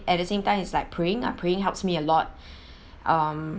at the same time is like praying uh praying helps me a lot um